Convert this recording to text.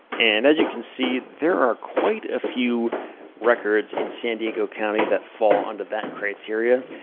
and as you can see, there are quite a few records in san diego county that fall under that criteria.